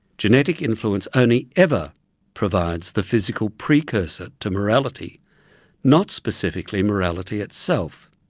genetic influence only ever provides the physical precursor to morality not specifically morality itself.